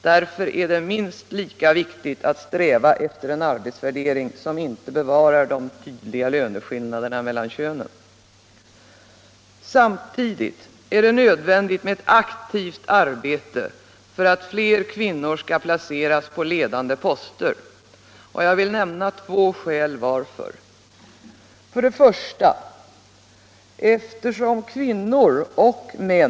Därför är det minst lika viktigt att sträva efter en arbetsvärdering som inte bevarar de tydliga löneskillnaderna meltan könen. Samtidigt är det nödvändigt med ewt aktivt arbete för att fler kvinnor skall placeras på ledande poster, och jag vill nämna två skäl varför. Eftersom kvinnor och män.